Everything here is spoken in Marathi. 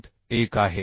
1 आहे